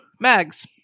mags